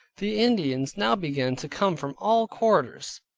the indians now began to come from all quarters,